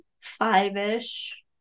five-ish